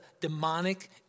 demonic